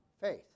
faith